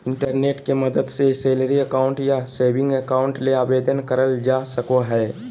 internet के मदद से सैलरी अकाउंट या सेविंग अकाउंट ले आवेदन करल जा सको हय